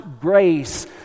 grace